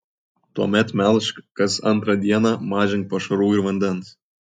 tuomet melžk kas antrą dieną mažink pašarų ir vandens